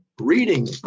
reading